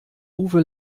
uwe